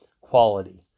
quality